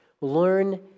Learn